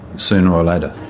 sooner or later.